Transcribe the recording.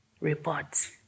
reports